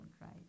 right